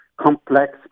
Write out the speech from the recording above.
complex